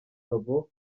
babo